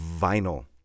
vinyl